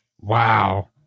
Wow